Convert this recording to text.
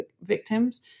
victims